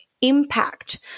impact